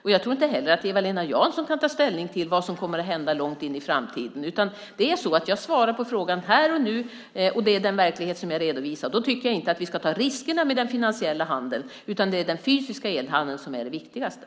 Jag tror inte heller att Eva-Lena Jansson kan ta ställning till vad som kommer att hända långt in i framtiden. Jag svarar på frågan här och nu, och det är den verklighet som jag har redovisat. Jag tycker inte att vi ska ta riskerna med den finansiella handeln, utan det är den fysiska elhandeln som är det viktigaste.